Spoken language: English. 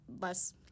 less